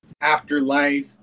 Afterlife